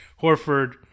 Horford